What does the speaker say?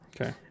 Okay